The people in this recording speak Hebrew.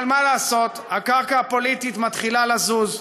אבל מה לעשות, הקרקע הפוליטית מתחילה לזוז,